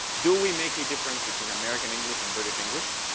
do we make a difference between american english and british english?